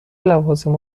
لوازم